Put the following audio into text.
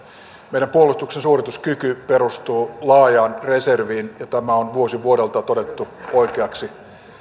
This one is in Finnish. meidän puolustuksemme suorituskyky perustuu laajaan reserviin ja tämä on vuosi vuodelta todettu oikeaksi